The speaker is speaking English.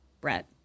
Brett